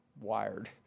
wired